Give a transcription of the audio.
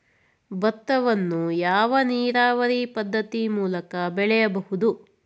ಭತ್ತವನ್ನು ಯಾವ ನೀರಾವರಿ ಪದ್ಧತಿ ಮೂಲಕ ಬೆಳೆಯಬಹುದು?